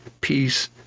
peace